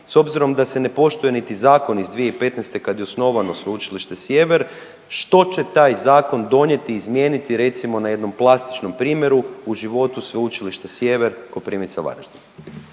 s obzirom da se ne poštuje niti Zakon iz 2015. kad je osnovano Sveučilište Sjever, što će taj Zakon donijeti, izmijeniti recimo na jednom plastičnom primjeru, u životu Sveučilišta Sjever Koprivnica-Varaždin?